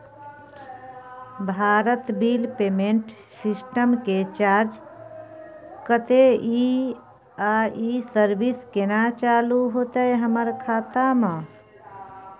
Bharat bill payment system के charge कत्ते इ आ इ सर्विस केना चालू होतै हमर खाता म?